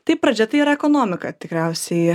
tai pradžia tai yra ekonomika tikriausiai